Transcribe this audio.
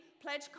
pledge